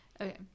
okay